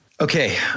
Okay